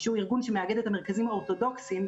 שהוא ארגון שמאגד את המרכזים האורתודוכסים,